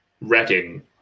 Reading